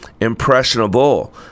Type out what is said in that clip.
impressionable